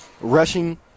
rushing